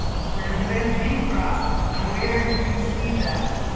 where the vans came from. where did you see them.